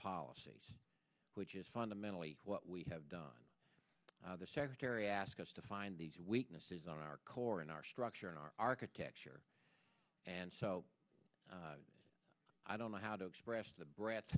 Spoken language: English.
policies which is fundamentally what we have done the secretary ask us to find these weaknesses on our core in our structure in our architecture and i don't know how to express the